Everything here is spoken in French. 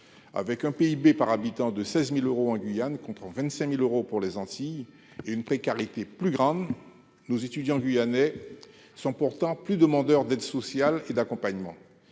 Avec un PIB par habitant de 16 000 euros en Guyane, contre 25 000 euros aux Antilles, et un niveau de précarité plus grand, nos étudiants guyanais sont pourtant plus demandeurs d'aides sociales et d'accompagnement.